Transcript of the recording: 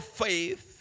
faith